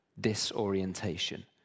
disorientation